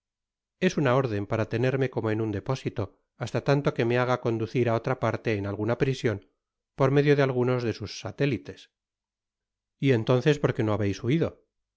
es una órden para tenerme como en un depósito hasta tanto que me haga conducir á otra parte en a'guna prision por medio de algunos de sus satélites y entonces por qué no habeis huido y